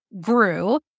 grew